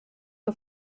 que